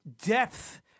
depth